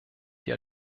die